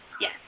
Yes